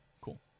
Cool